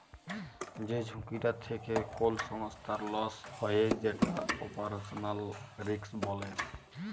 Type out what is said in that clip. যে ঝুঁকিটা থেক্যে কোল সংস্থার লস হ্যয়ে যেটা অপারেশনাল রিস্ক বলে